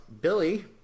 Billy